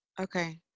Okay